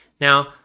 Now